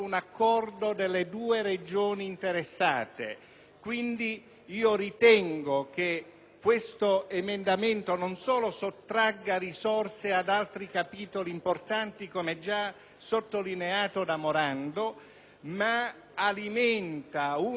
questo emendamento non solo sottragga risorse ad altri capitoli importanti, come già sottolineato dal senatore Morando, ma alimenti una attività della quale lo Stato può tranquillamente fare a meno.